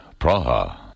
Praha